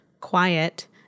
quiet